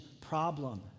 problem